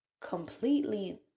completely